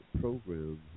programs